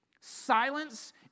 silence